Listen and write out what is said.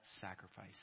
sacrifice